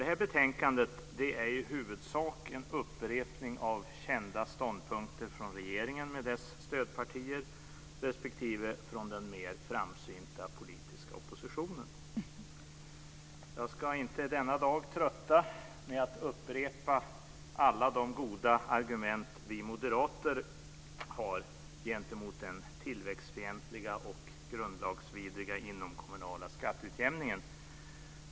Det här betänkandet är i huvudsak en upprepning av kända ståndpunkter från regeringen med dess stödpartier respektive från den mer framsynta politiska oppositionen. Jag ska inte i denna dag trötta med att upprepa alla de goda argument vi moderater har gentemot den tillväxtfientliga och grundlagsvidriga inomkommunala skatteutjämningen.